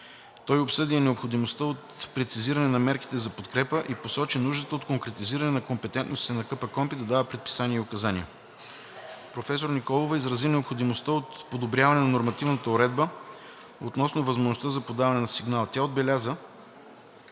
Той обсъди и необходимостта от прецизиране на мерките за подкрепа и посочи нуждата от конкретизиране на компетентностите на КПКОНПИ да дава предписания и указания. Професор Николова изрази необходимостта от подобряване на нормативната уредба относно възможността за подаване на сигнал. Тя отбеляза,